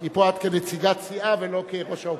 כי פה את כנציגת סיעה ולא כראש האופוזיציה.